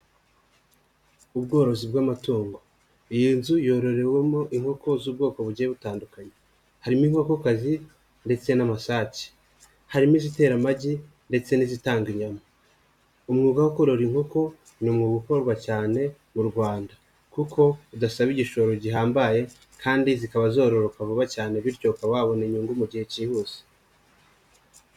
Ubworozi bw'amatungo, iyi nzu yororewemo inkoko z'ubwoko bugiye butandukanye, harimo inkokokazi ndetse n'amasake, harimo izitera amagi ndetse n'izitanga inyama, umwuga wo kurora inkoko urimo gukorwa cyane mu Rwanda kuko udasaba igishoro gihambaye kandi zikaba zororoka vuba cyane bityo ukaba wabona inyungu mu gihe kihuse.